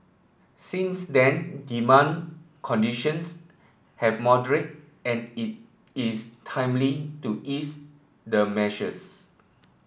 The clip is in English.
since then demand conditions have moderated and it is timely to ease the measures